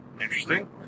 Interesting